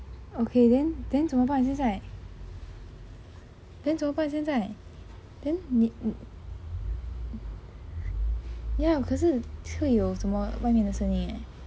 okay then then 怎么办现在 then 怎么办现在 then 你 ya 可是会有什么外面的声音:ke shi hui you shen me wai mian de shengng yin eh